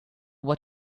what